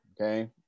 okay